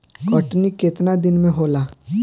कटनी केतना दिन मे होला?